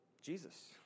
Jesus